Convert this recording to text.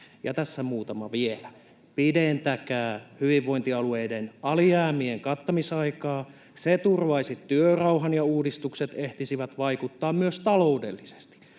vielä muutama: Pidentäkää hyvinvointialueiden alijäämien kattamisaikaa. Se turvaisi työrauhan, ja uudistukset ehtisivät vaikuttaa myös taloudellisesti.